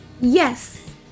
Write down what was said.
Yes